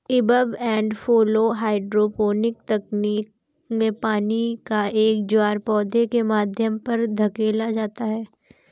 ebb and flow hydroponic तकनीक में पानी का एक ज्वार पौधे के माध्यम पर धकेला जाता है